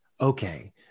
Okay